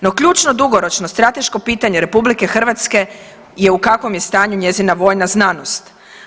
No, ključno dugoročno strateško pitanje RH je u kakvom je stanju njezina vojna znanost.